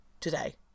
today